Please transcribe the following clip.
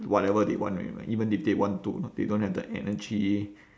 whatever they want already mah even if they want to they don't have the energy